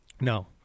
No